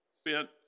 spent